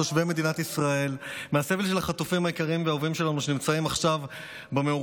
אנחנו נמצאים במציאות